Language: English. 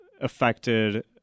affected